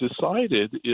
decided